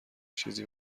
چیزی